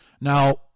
Now